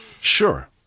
Sure